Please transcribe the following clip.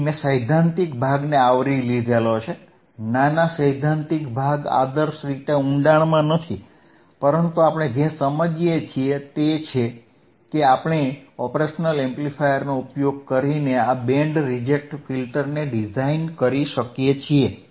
તેથી મેં સૈદ્ધાંતિક ભાગને આવરી લીધો છે નાના સૈદ્ધાંતિક ભાગ આદર્શ રીતે ઉંડાણમાં નથી પરંતુ આપણે જે સમજીએ છીએ તે છે કે આપણે ઓપરેશનલ એમ્પ્લીફાયરનો ઉપયોગ કરીને આ બેન્ડ રિજેક્ટ ફિલ્ટરને ડિઝાઇન કરી શકીએ છીએ